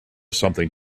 something